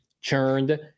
churned